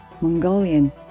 Mongolian